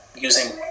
using